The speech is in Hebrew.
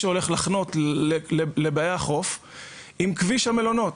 שהולך לחנות לבאי החוף עם כביש המלונות.